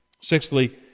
Sixthly